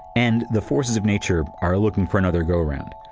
and the forces of nature are looking for another go around.